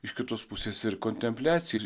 iš kitos pusės ir kontempliacija ir